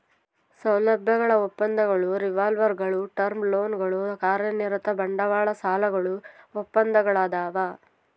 ಸೌಲಭ್ಯಗಳ ಒಪ್ಪಂದಗಳು ರಿವಾಲ್ವರ್ಗುಳು ಟರ್ಮ್ ಲೋನ್ಗಳು ಕಾರ್ಯನಿರತ ಬಂಡವಾಳ ಸಾಲಗಳು ಒಪ್ಪಂದಗಳದಾವ